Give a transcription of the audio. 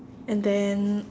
and then